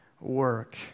work